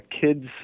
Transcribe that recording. kids